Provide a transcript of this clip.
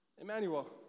Emmanuel